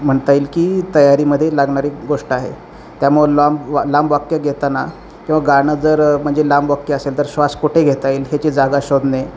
म्हणता येईल की तयारीमध्ये लागणारी गोष्ट आहे त्यामुळं लांब वा लांब वाक्य घेताना किंवा गाणं जर म्हणजे लांब वाक्य असेल तर श्वास कोठे घेता येईल ह्याची जागा शोधणे